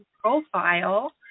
profile